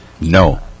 No